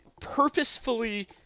purposefully